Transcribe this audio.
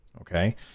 okay